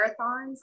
marathons